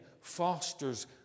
fosters